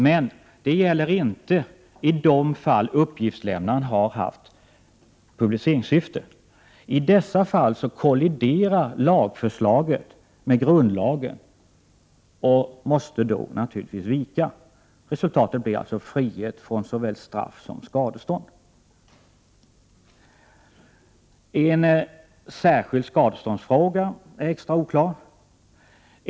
Men det gäller inte i de fall uppgiftslämnaren har haft publiceringssyfte. I dessa fall kolliderar lagförslaget med grundlagen, och lagförslaget måste då naturligtvis vika. Resultatet blir alltså frihet från såväl straff som skadestånd. En särskild skadeståndsfråga är extra oklar.